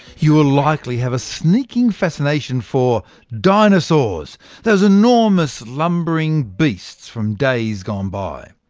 you will likely have a sneaking fascination for dinosaurs those enormous lumbering beasts from days gone by.